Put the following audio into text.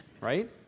Right